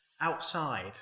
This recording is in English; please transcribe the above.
outside